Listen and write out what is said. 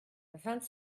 vingt